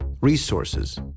resources